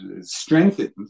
strengthened